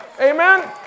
Amen